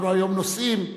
אנחנו היום נוסעים,